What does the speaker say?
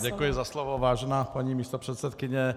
Děkuji za slovo, vážená paní místopředsedkyně.